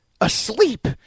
asleep